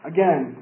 Again